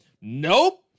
Nope